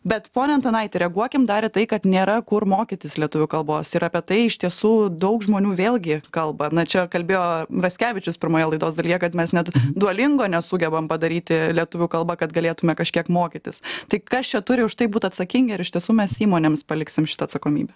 bet pone antanaiti reaguokim dar į tai kad nėra kur mokytis lietuvių kalbos ir apie tai iš tiesų daug žmonių vėlgi kalba na čia kalbėjo raskevičius pirmoje laidos dalyje kad mes net dualingo nesugebam padaryti lietuvių kalba kad galėtume kažkiek mokytis tai kas čia turi už tai būt atsakingi ar iš tiesų mes įmonėms paliksim šitą atsakomybę